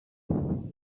know